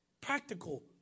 Practical